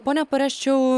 pone pareščiau